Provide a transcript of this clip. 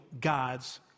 God's